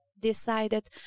decided